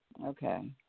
Okay